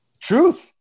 truth